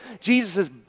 Jesus